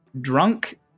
drunk